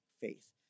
faith